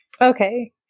Okay